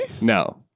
No